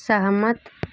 सहमत